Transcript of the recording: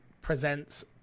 presents